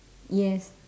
yes